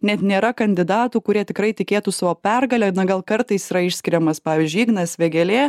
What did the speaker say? net nėra kandidatų kurie tikrai tikėtų savo pergale na gal kartais yra išskiriamas pavyzdžiui ignas vėgėlė